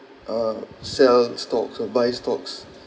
er sell stocks advice stocks